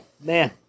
man